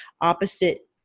opposite